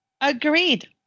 Agreed